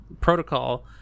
protocol